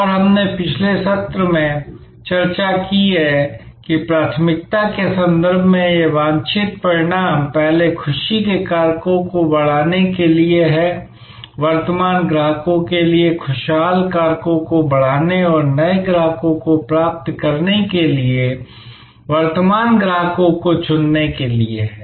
और हमने पिछले सत्र में चर्चा की कि प्राथमिकता के संदर्भ में यह वांछित परिणाम पहले खुशी के कारकों को बढ़ाने के लिए है वर्तमान ग्राहकों के लिए खुशहाल कारकों को बढ़ाने और नए ग्राहकों को प्राप्त करने के लिए वर्तमान ग्राहकों को चुनने के लिए है